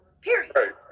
Period